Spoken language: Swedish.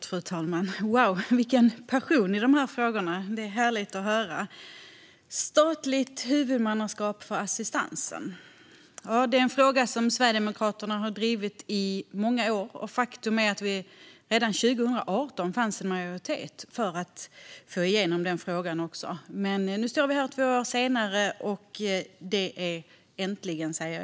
Fru talman! Wow, vilken passion för dessa frågor! Det är härligt att höra. Statligt huvudmannaskap för assistansen är en fråga som Sverigedemokraterna har drivit i många år, och faktum är att det redan 2018 fanns en majoritet för detta. Men nu står vi här två år senare, och det är äntligen dags.